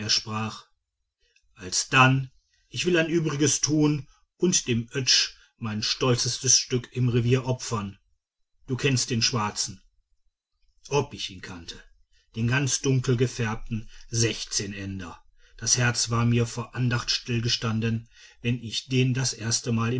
sprach alsdann ich will ein übriges tun und dem oetsch mein stolzestes stück im revier opfern du kennst den schwarzen ob ich ihn kannte den ganz dunkelgefärbten sechzehn ender das herz war mir vor andacht stillgestanden wie ich den das erstemal im